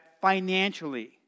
financially